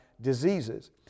diseases